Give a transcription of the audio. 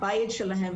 הבית שלהם.